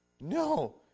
No